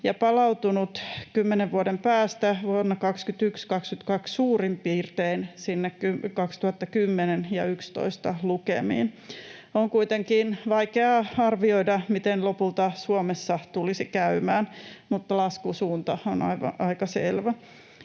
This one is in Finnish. ja palautunut kymmenen vuoden päästä vuonna 21—22 suurin piirtein sinne vuosien 2010 ja 2011 lukemiin. On kuitenkin vaikeaa arvioida, miten lopulta Suomessa tulisi käymään, mutta laskusuunta on aika selvä.